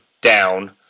down